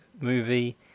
movie